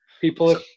people